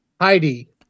Heidi